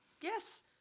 Yes